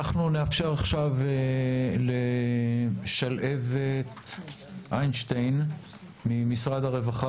נאפשר עכשיו לשלהבת אינשטיין ממשרד הרווחה